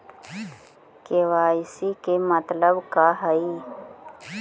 KYC के मतलब का हई?